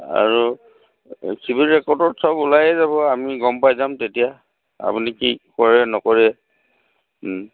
আৰু চিবিল ৰেকৰ্ডত চব ওলাইে যাব আমি গম পাই যাম তেতিয়া আপুনি কি কৰে নকৰে